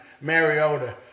Mariota